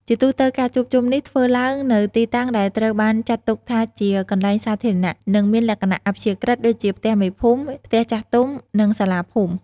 ជាទូទៅ ការជួបជុំនេះធ្វើឡើងនៅទីតាំងដែលត្រូវបានចាត់ទុកថាជាកន្លែងសាធារណៈ និងមានលក្ខណៈអព្យាក្រឹត ដូចជា ផ្ទះមេភូមិ ផ្ទះចាស់ទុំ និងសាលាភូមិ។